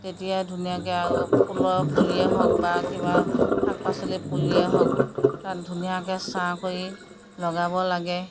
তেতিয়াই ধুনীয়াকৈ আৰু ফুলৰ পুলিয়ে হওক বা কিবা শাক পাচলিৰ পুলিয়ে হওক তাত ধুনীয়াকৈ চাহ কৰি লগাব লাগে